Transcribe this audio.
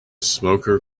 smoker